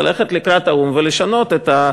ללכת לקראת האו"ם ולשנות את,